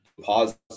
pause